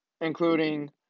including